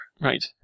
right